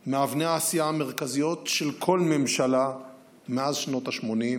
מאבני העשייה המרכזיות של כל ממשלה מאז שנות ה-80,